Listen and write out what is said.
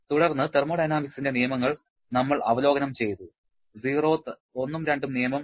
തുടർന്ന് തെർമോഡൈനാമിക്സിന്റെ നിയമങ്ങൾ നമ്മൾ അവലോകനം ചെയ്തു സിറോത്ത് ഒന്നും രണ്ടും നിയമം